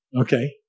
Okay